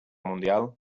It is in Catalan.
mundial